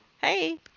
hey